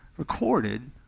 Recorded